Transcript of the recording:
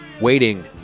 Waiting